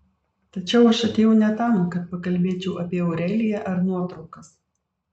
tačiau aš atėjau ne tam kad pakalbėčiau apie aureliją ar nuotraukas